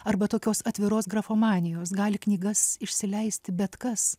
arba tokios atviros grafomanijos gali knygas išsileisti bet kas